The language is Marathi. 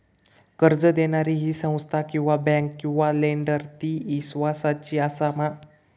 कर्ज दिणारी ही संस्था किवा बँक किवा लेंडर ती इस्वासाची आसा मा?